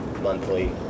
monthly